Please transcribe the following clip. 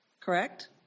correct